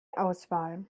auswahl